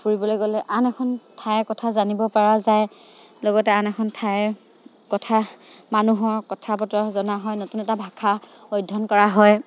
ফুৰিবলৈ গ'লে আন এখন ঠাইৰ কথা জানিব পৰা যায় লগতে আন এখন ঠাইৰ কথা মানুহৰ কথা বতৰা জনা হয় নতুন এটা ভাষা অধ্যয়ন কৰা হয়